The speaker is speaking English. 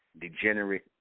degenerate